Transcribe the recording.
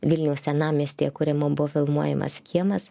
vilniaus senamiestyje kuriame buvo filmuojamas kiemas